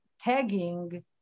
tagging